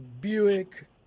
Buick